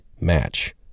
match